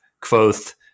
Quoth